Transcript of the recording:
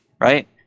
right